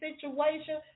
situation